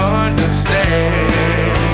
understand